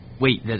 Wait